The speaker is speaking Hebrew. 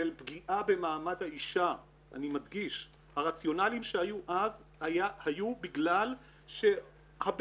של פגיעה במעמד האישה אני מדגיש הרציונלים שהיו אז היו בגלל שהבעלים